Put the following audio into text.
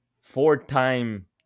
four-time